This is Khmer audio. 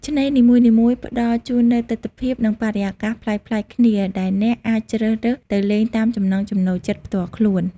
ឆ្នេរនីមួយៗផ្តល់ជូននូវទិដ្ឋភាព និងបរិយាកាសប្លែកៗគ្នា ដែលអ្នកអាចជ្រើសរើសទៅលេងតាមចំណង់ចំណូលចិត្តផ្ទាល់ខ្លួន។